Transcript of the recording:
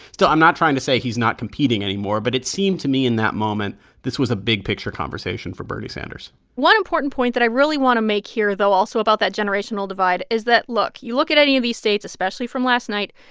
still, i'm not trying to say he's not competing anymore, but it seemed to me in that moment this was a big-picture conversation for bernie sanders one important point that i really want to make here, though also about that generational divide is that, look. you look at any of these states, especially from last night,